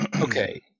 Okay